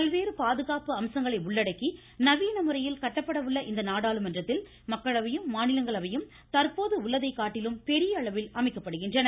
பல்வேறு பாதுகாப்பு அம்சங்களை உள்ளடக்கி நவீனமுறையில் கட்டப்பட உள்ள இந்த நாடாளுமன்றத்தில் மக்களவையும் மாநிலங்களவையும் தற்போது உள்ளதை காட்டிலும் பெரிய அளவில் அமைக்கப்படுகின்றன